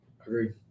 agreed